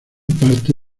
parte